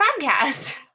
podcast